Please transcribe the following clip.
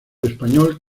español